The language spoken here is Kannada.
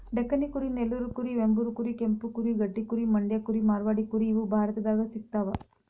ಡೆಕ್ಕನಿ ಕುರಿ ನೆಲ್ಲೂರು ಕುರಿ ವೆಂಬೂರ್ ಕುರಿ ಕೆಂಪು ಕುರಿ ಗಡ್ಡಿ ಕುರಿ ಮಂಡ್ಯ ಕುರಿ ಮಾರ್ವಾಡಿ ಕುರಿ ಇವು ಭಾರತದಾಗ ಸಿಗ್ತಾವ